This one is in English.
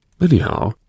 Anyhow